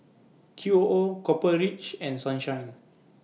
Q O O Copper Ridge and Sunshine